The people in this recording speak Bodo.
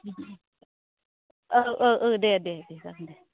बिदि औ औ औ दे दे दे जागोन दे